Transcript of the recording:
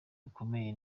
bikomeye